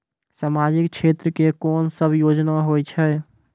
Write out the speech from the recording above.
समाजिक क्षेत्र के कोन सब योजना होय छै?